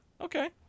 Okay